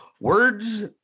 words